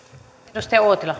arvoisa